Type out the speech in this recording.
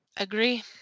Agree